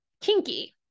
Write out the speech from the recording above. kinky